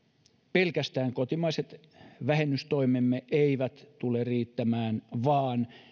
pelkästään kotimaiset vähennystoimemme eivät tule riittämään vaan